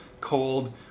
cold